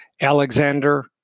Alexander